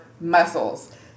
muscles